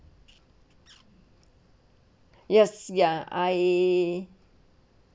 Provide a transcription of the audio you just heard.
yes ya I